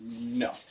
No